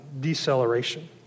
deceleration